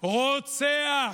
רוצח.